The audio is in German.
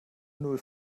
null